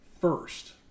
first